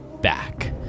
back